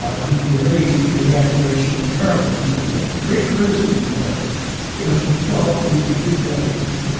he delayed the evacuation of americans and took great criticism for it because he felt that when he did that, it would